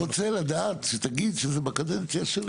הוא רוצה שתגיד שזה בקדנציה שלו.